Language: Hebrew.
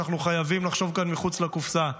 אנחנו חייבים לחשוב כאן מחוץ לקופסה.